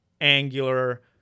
Angular